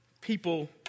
people